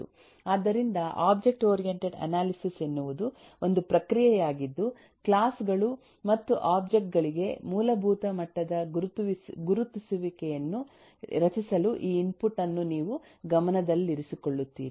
ಆದ್ದರಿಂದ object oriented analysis ಎನ್ನುವುದು ಒಂದು ಪ್ರಕ್ರಿಯೆಯಾಗಿದ್ದು ಕ್ಲಾಸ್ ಗಳು ಮತ್ತು ಒಬ್ಜೆಕ್ಟ್ ಗಳಿಗೆ ಮೂಲಭೂತ ಮಟ್ಟದ ಗುರುತಿಸುವಿಕೆಯನ್ನು ರಚಿಸಲು ಈ ಇನ್ಪುಟ್ ಅನ್ನು ನೀವು ಗಮನದಲ್ಲಿರಿಸಿಕೊಳ್ಳುತ್ತೀರಿ